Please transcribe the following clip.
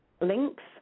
links